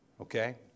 Okay